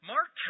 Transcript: Mark